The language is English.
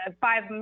five